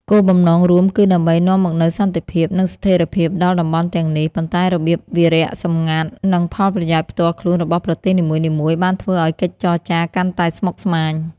គោលបំណងរួមគឺដើម្បីនាំមកនូវសន្តិភាព និងស្ថិរភាពដល់តំបន់ទាំងនេះ ប៉ុន្តែរបៀបវារៈសម្ងាត់ និងផលប្រយោជន៍ផ្ទាល់ខ្លួនរបស់ប្រទេសនីមួយៗបានធ្វើឱ្យកិច្ចចរចាកាន់តែស្មុគស្មាញ។